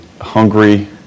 hungry